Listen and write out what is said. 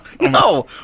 No